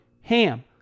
HAM